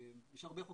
יש הרבה חוקים,